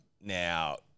Now